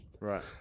Right